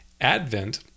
advent